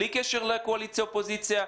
בלי קשר לקואליציה או אופוזיציה.